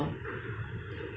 and very high detailed like that